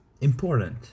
important